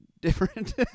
different